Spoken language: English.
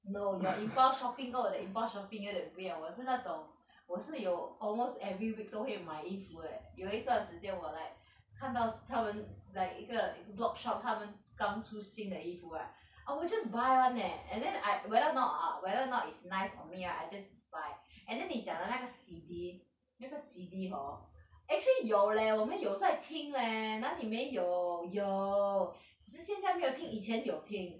no your impulse shopping 跟我的 impulse shopping 有一点不一样我是那种我是有 almost every week 都会买衣服 eh 有一段时间我 like 看到他们 like 一个一个 blogshop 他们刚出新的衣服 right I will just buy [one] eh and then I whether not I will whether not is nice on me right I just buy and then 你讲到那个 C_D 那个 C_D hor actually 有 leh 我们有在听 leh 哪里没有有只是现在没有听以前有听